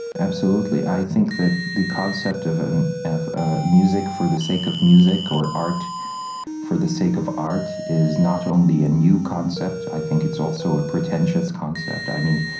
absolutely. i think that the concept of and of ah music for the sake of music or art for the sake of art is not only a new concept, i think it's also a pretentious concept. i mean,